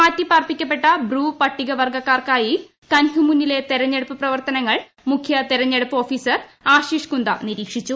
മാറ്റിപാർപ്പിക്കപ്പെട്ട ബ്രൂ പട്ടികവർഗ്ഗ ക്കാർക്കായി കൻഹ്മുന്നിലെ തെരഞ്ഞെടുപ്പ് പ്രവർത്തനങ്ങൾ മുഖ്യ തെരഞ്ഞെടുപ്പ് ഓഫീസർ ആഷിഷ് കുന്ദ നിരീക്ഷിച്ചു